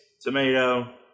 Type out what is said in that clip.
tomato